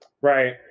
Right